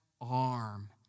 arm